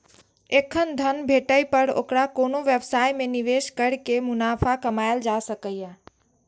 एखन धन भेटै पर ओकरा कोनो व्यवसाय मे निवेश कैर के मुनाफा कमाएल जा सकैए